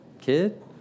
kid